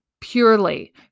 purely